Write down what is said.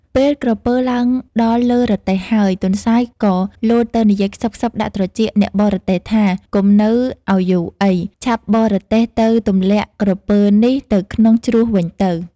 ពេលក្រពើឡើងដល់លើរទេះហើយ ទន្សាយក៏លោតទៅនិយាយខ្សឹបៗដាក់ត្រចៀកអ្នកបរទេះថា "កុំនៅឲ្យយូរអី! ឆាប់បរទេះទៅទម្លាក់ក្រពើនេះទៅក្នុងជ្រោះវិញទៅ!